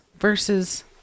versus